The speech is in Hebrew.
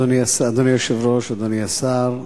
אדוני היושב-ראש, אדוני השר,